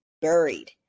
buried